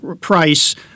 price